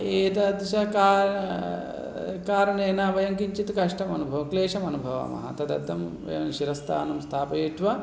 एतादृशेन का कारणेन वयं किञ्चित् कष्टमनुभवं क्लेशमनुभवामः तदर्थं शिरस्त्राणं स्थापयित्वा